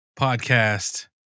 podcast